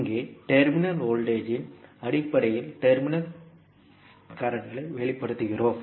இங்கே terminal voltage இன் அடிப்படையில் டெர்மினல் கரண்ட்களை வெளிப்படுத்துகிறோம்